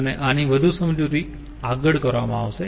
અને આની વધુ સમજૂતી આગળ કરવામાં આવશે